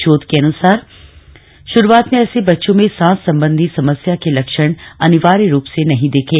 शोध के अनुसार शुरूआत में ऐसे बच्चों में सांस संबंधी समस्या के लक्षण अनिवार्य रूप से नहीं दिखे